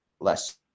less